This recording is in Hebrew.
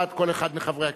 לכל אחד מחברי הכנסת,